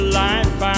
life